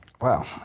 Wow